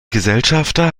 gesellschafter